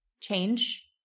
change